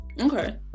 Okay